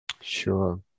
sure